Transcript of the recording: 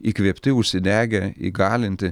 įkvėpti užsidegę įgalinti